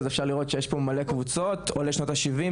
אז אפשר לראות שיש פה מלא קבוצות עולי שנות ה-70',